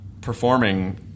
performing